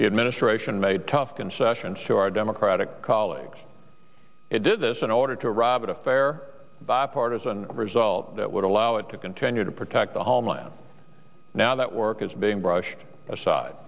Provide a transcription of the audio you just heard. the administration made tough concessions to our democratic colleagues it did this in order to arrive at a fair bipartisan result that would allow it to continue to protect the homeland now that work is being brushed aside